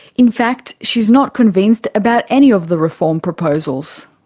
in fact she's not convinced about any of the reform proposals.